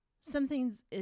something's